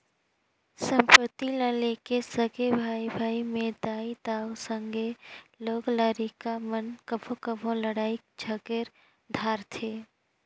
संपत्ति ल लेके सगे भाई भाई में दाई दाऊ, संघे लोग लरिका मन कभों कभों लइड़ झगेर धारथें